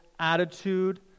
attitude